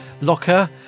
Locker